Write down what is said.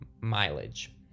mileage